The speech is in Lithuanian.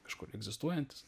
kažkur egzistuojantys